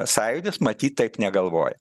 sąjūdis matyt taip negalvoja